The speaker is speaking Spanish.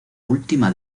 última